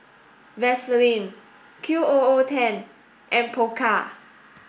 Vaseline Q O O Ten and Pokka